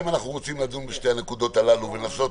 אם אנחנו רוצים לדון בשתי הנקודות הללו ולנסות